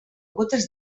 gotes